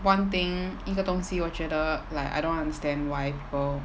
one thing 一个东西我觉得 like I don't understand why people